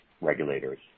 regulators